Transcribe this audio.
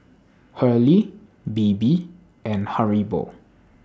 Hurley Bebe and Haribo